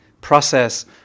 process